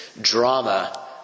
drama